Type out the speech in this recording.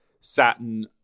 satin